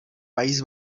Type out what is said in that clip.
país